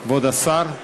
כבוד השר.